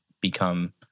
become